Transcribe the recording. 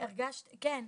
הרגשתי, כן.